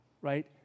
right